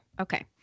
Okay